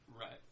Right